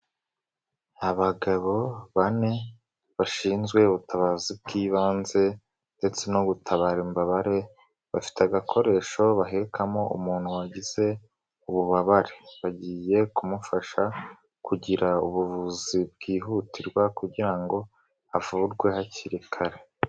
Abagabo bane bashinzwe ubutabazi bw'ibanze ndetse no gutabara imbabare, bafite agakoresho bahekamo umuntu wagize ububabare, bagiye kumufasha kugira ubuvuzi bwihutirwa kugira ngo avurwe hakiri kare.